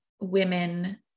women